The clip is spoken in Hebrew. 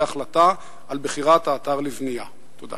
בימים אלה החליטה הוועדה לתשתיות לאומיות על הקמת תחנת